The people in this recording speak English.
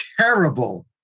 terrible